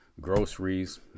Groceries